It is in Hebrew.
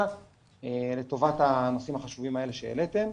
לטובת הנושאים החשובים האלה שהעליתם,